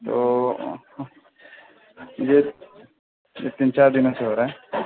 تو یہ تین چار دنوں سے ہو رہا ہے